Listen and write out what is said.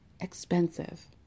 expensive